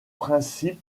principe